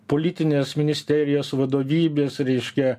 politinės ministerijos vadovybės reiškia